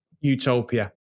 utopia